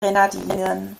grenadinen